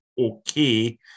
Okay